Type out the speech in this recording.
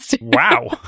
Wow